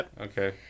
Okay